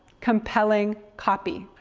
compelling copy.